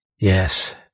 Yes